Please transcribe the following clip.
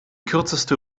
kürzeste